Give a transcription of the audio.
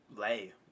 lay